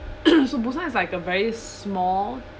so busan is like a very small